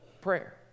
prayer